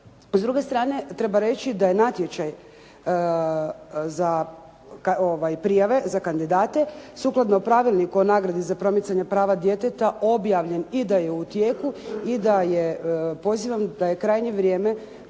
S druge strane treba reći da je natječaj za prijave za kandidate sukladno Pravilniku o nagradi za promicanja prava djeteta objavljen i da je u tijeku, i da je pozivam da je krajnje vrijeme